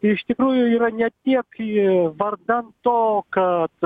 iš tikrųjų yra ne tiek vardan to kad